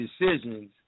decisions